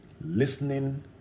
Listening